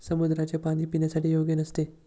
समुद्राचे पाणी पिण्यासाठी योग्य नसते